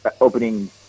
opening